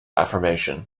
affirmation